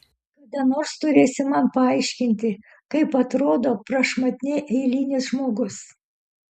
kada nors turėsi man paaiškinti kaip atrodo prašmatniai eilinis žmogus